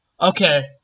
Okay